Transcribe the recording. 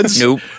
Nope